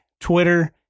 Twitter